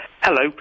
Hello